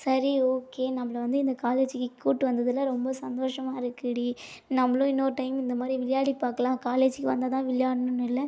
சரி ஓகே நம்மளை வந்து இந்த காலேஜிக்கு கூப்ட்டு வந்ததில் ரொம்ப சந்தோஷமாக இருக்குதுடி நம்மளும் இன்னொரு டைம் இந்தமாதிரி விளையாடி பார்க்கலாம் காலேஜிக்கு வந்தால் தான் விளையாடணுனு இல்லை